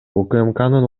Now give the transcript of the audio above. укмкнын